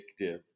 addictive